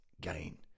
gain